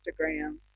Instagram